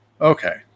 Okay